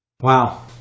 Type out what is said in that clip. wow